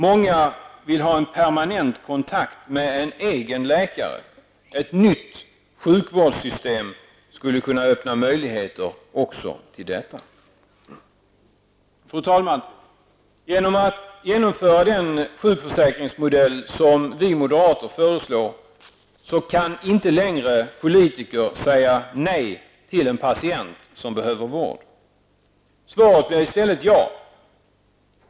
Många vill ha en permanent kontakt med en egen läkare. Ett nytt sjukvårdssystem skulle kunna öppna möjligheter också till detta. Fru talman! Genom att genomföra den sjukförsäkringsmodell som vi moderater föreslår kan politiker inte längre säga nej till en patient som behöver vård. Svaret blir i stället ja!